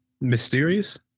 Mysterious